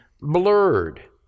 blurred